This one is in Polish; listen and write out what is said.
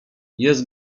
jest